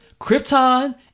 Krypton